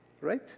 Right